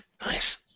Nice